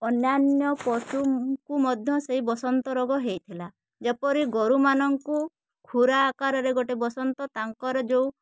ଅନ୍ୟାନ୍ୟ ପଶୁଙ୍କୁ ମଧ୍ୟ ସେଇ ବସନ୍ତ ରୋଗ ହେଇଥିଲା ଯେପରି ଗୋରୁମାନଙ୍କୁ ଖୁରା ଆକାରରେ ଗୋଟେ ବସନ୍ତ ତାଙ୍କର ଯେଉଁ